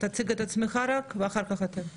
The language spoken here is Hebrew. תציג את עצמך ואחר כך אנחנו נפנה לזרוע העבודה.